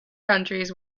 countries